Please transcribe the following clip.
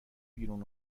بیرون